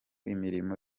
imirimo